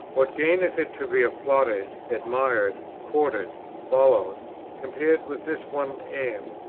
what gain is it to be applauded, admired, courted, followed compared with this one aim,